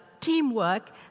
teamwork